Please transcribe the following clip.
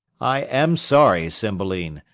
i am sorry, cymbeline,